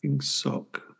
sock